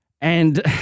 And-